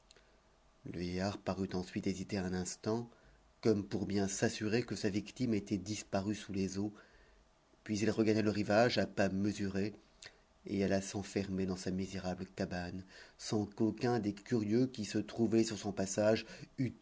le vieillard parut ensuite hésiter un instant comme pour bien s'assurer que sa victime était disparue sous les eaux puis il regagna le rivage à pas mesurés et alla s'enfermer dans sa misérable cabane sans qu'aucun des curieux qui se trouvaient sur son passage